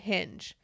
Hinge